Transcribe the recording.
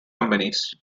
companies